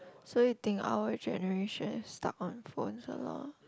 so you think our generation is stuck on phones a lot ah